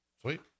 Sweet